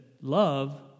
love